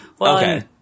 Okay